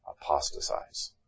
apostatize